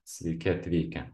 sveiki atvykę